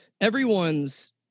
everyone's